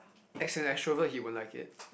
as an extrovert he won't like it